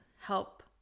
help